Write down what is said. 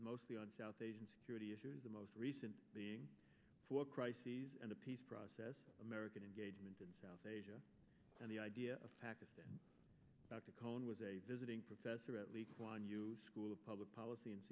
mostly on south asian security issues the most recent being for crises and the peace process american engagement in south asia and the idea of pakistan colin was a visiting professor at least one new school of public policy in